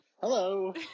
hello